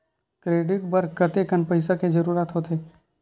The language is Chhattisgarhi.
क्रेडिट बर कतेकन पईसा के जरूरत होथे?